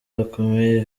bakomeye